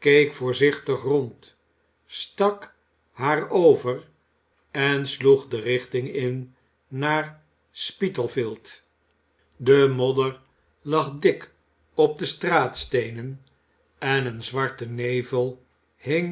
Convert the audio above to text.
keek voorzichtig rond stak haar over en sloeg de richting in naar s p i t a f i e d de modder lag dik op de straatsteenen en een zwarte nevel hing